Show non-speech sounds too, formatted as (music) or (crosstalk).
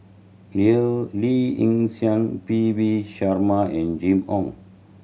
(unintelligible) Lee Yi Shyan P V Sharma and Jimmy Ong